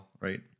right